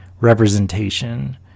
representation